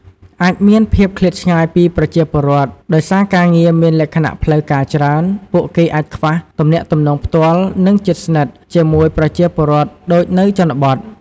អាចមានភាពឃ្លាតឆ្ងាយពីប្រជាពលរដ្ឋ ដោយសារការងារមានលក្ខណៈផ្លូវការច្រើន ពួកគេអាចខ្វះ ទំនាក់ទំនងផ្ទាល់ និងជិតស្និទ្ធ ជាមួយប្រជាពលរដ្ឋដូចនៅជនបទ។